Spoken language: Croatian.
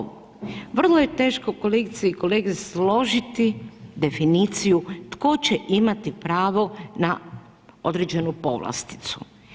Vrlo je teško kolegice i kolege složiti definiciju tko će imati pravo na određenu povlasticu.